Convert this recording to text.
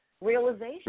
realization